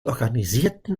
organisierten